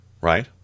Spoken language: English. right